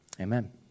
Amen